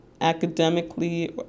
academically